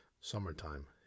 Summertime